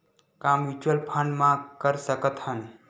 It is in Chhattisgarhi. का म्यूच्यूअल फंड म कर सकत हन?